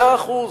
מאה אחוז.